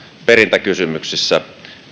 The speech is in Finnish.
perintäkysymyksissä